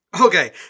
Okay